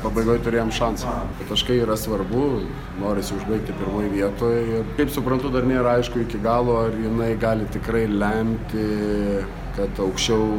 pabaigoj turėjom šansą taškai yra svarbu norisi užbaigti pirmoj vietoj kaip suprantu dar nėra aišku iki galo ar jinai gali tikrai lemti kad aukščiau